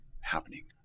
happening